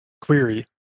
query